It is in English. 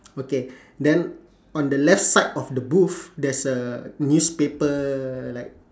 okay then on the left side of the booth there's a newspaper like